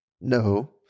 no